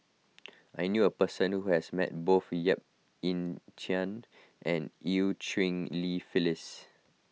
I knew a person who has met both Yap Ee Chian and Eu Cheng Li Phyllis